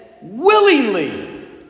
willingly